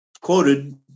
quoted